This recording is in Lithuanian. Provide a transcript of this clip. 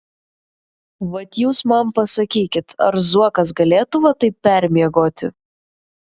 vat jūs man pasakykit ar zuokas galėtų va taip permiegoti